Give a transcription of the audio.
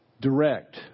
direct